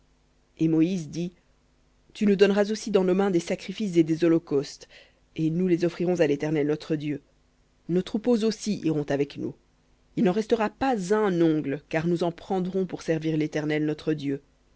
et moïse dit tu nous donneras aussi dans nos mains des sacrifices et des holocaustes et nous offrirons à l'éternel notre dieu nos troupeaux aussi iront avec nous il n'en restera pas un ongle car nous en prendrons pour servir l'éternel notre dieu